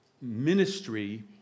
ministry